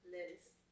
Lettuce